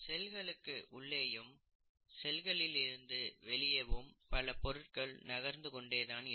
செல்களுக்கு உள்ளேயும் செல்களில் இருந்து வெளியேயும் பல பொருட்கள் நகர்ந்து கொண்டேதான் இருக்கும்